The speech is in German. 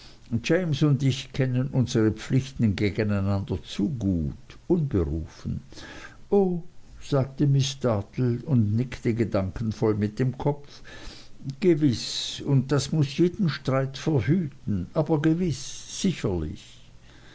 james und ich kennen unsere pflichten gegeneinander zu gut unberufen o sagte miß dartle und nickte gedankenvoll mit dem kopf gewiß und das muß jeden streit verhüten aber gewiß sicherlich